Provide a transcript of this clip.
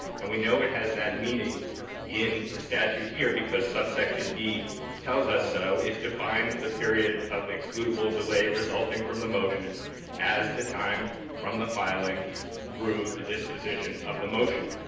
and we know it has that meaning in the statute here because subsection tells us so. it defines the period of excludable delay resulting from the motion as the time from the filing through the disposition of the motion.